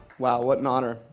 wow, what an honor.